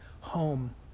home